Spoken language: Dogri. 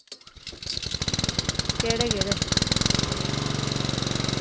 केह्ड़े केह्ड़े